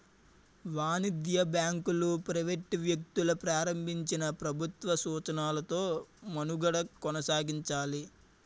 వాణిజ్య బ్యాంకులు ప్రైవేట్ వ్యక్తులు ప్రారంభించినా ప్రభుత్వ సూచనలతో మనుగడ కొనసాగించాలి